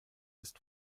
ist